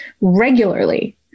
regularly